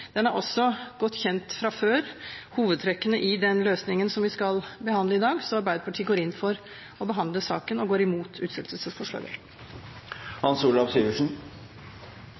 den løsningen vi skal behandle i dag, er også godt kjent fra før, så Arbeiderpartiet går inn for å behandle saken i dag og går imot utsettelsesforslaget.